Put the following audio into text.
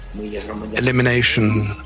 elimination